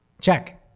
Check